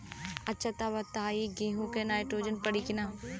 अच्छा त ई बताईं गेहूँ मे नाइट्रोजन पड़ी कि ना?